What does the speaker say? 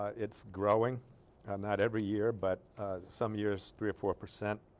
ah it's growing not every year but some years three or four percent